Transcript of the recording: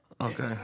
Okay